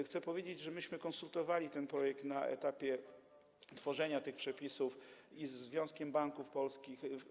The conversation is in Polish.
Chcę powiedzieć, że myśmy konsultowali ten projekt na etapie tworzenia tych przepisów ze Związkiem Banków Polskich.